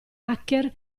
hacker